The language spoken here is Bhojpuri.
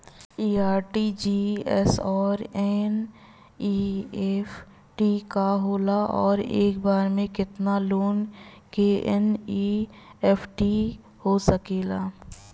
इ आर.टी.जी.एस और एन.ई.एफ.टी का होला और एक बार में केतना लोगन के एन.ई.एफ.टी हो सकेला?